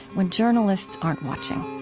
when journalists aren't watching